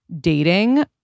dating